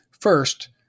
First